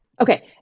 Okay